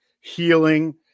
healing